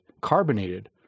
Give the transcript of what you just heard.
carbonated